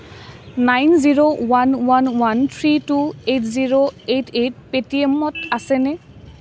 nine zero one one one three two eight zero eight eight পে'টিএমত আছেনে